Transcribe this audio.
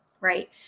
right